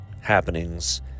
happenings